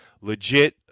legit